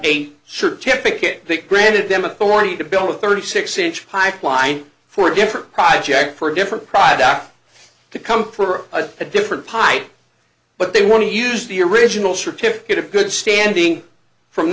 eight certificate that granted them authority to build a thirty six inch pipeline for different projects for different products to come for a different pipe but they want to use the original certificate of good standing from